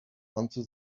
until